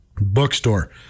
bookstore